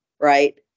right